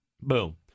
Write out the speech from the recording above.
Boom